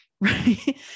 Right